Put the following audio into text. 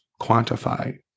quantify